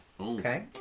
Okay